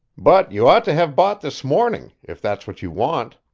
but you ought to have bought this morning, if that's what you want.